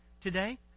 today